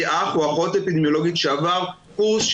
אח או אחות אפידמיולוגיים שעברו קורס,